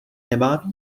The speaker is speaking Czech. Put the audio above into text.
nemá